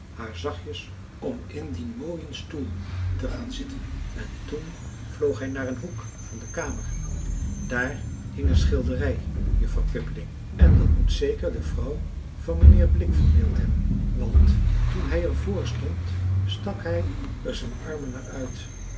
haar zachtjes om in dien mooien stoel te gaan zitten en toen vloog hij naar een hoek van de kamer daar hing een schilderij juffrouw pippeling en dat moet zeker de vrouw van mijnheer blik verbeeld hebben want toen hij er vr stond stak hij er zijn armen naar uit